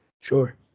Sure